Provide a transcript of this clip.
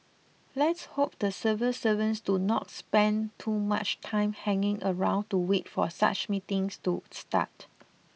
let's hope the civil servants do not spend too much time hanging around to wait for such meetings to start